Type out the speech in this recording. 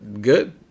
good